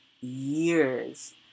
years